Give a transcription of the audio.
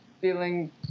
feeling